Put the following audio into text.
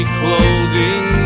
clothing